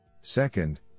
Second